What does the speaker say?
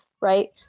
right